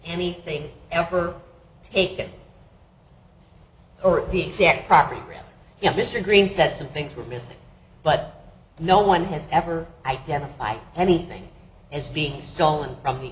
anything ever taken or the exact property you know mr green said some things were missing but no one has ever identify anything as being stolen from the